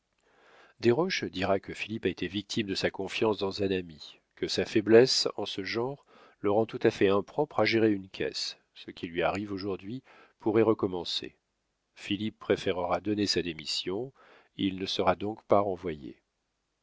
matin desroches dira que philippe a été victime de sa confiance dans un ami que sa faiblesse en ce genre le rend tout à fait impropre à gérer une caisse ce qui lui arrive aujourd'hui pourrait recommencer philippe préférera donner sa démission il ne sera donc pas renvoyé